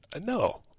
No